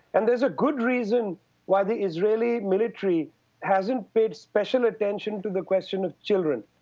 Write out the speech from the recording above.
and there's a good reason why the israeli military hasn't paid special attention to the question of children.